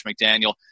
McDaniel